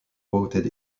quoted